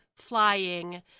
flying